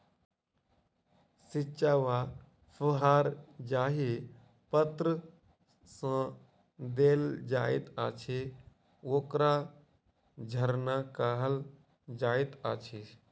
छिच्चा वा फुहार जाहि पात्र सँ देल जाइत अछि, ओकरा झरना कहल जाइत अछि